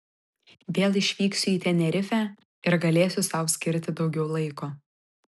vėl išvyksiu į tenerifę ir galėsiu sau skirti daugiau laiko